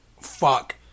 fuck